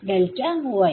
delta y